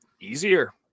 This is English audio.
easier